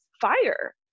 fire